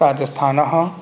राजस्थानः